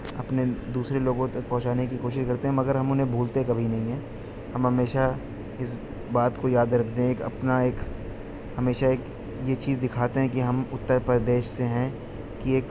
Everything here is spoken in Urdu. اپنے دوسرے لوگوں تک پہنچانے کی کوشش کرتے ہیں مگر ہم انہیں بھولتے کبھی نہیں ہیں ہم ہمیشہ اس بات کو یاد رکھتے ہیں اپنا ایک ہمیشہ ایک یہ چیز دکھاتے ہیں کہ ہم اتر پردیش سے ہیں کہ ایک